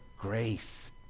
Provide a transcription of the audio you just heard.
grace